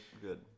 good